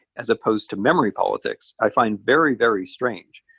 as opposed to memory politics, i find very, very strange.